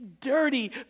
dirty